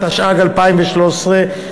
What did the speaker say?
התשע"ג 2013,